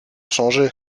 changé